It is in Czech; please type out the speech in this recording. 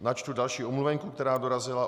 Načtu další omluvenku, která dorazila.